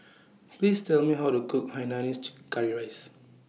Please Tell Me How to Cook Hainanese Curry Rice